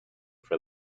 for